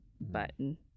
button